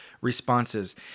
responses